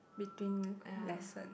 between lesson